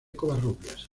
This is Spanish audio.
covarrubias